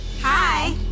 Hi